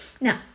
Now